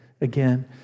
again